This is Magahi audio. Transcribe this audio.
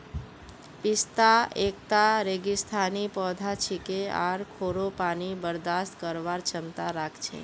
पिस्ता एकता रेगिस्तानी पौधा छिके आर खोरो पानी बर्दाश्त करवार क्षमता राख छे